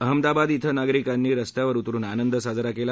अहमदाबाद इथं नागरिकांनी रस्त्यावर उतरून आनंद साजरा केला